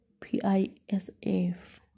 PISF